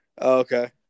Okay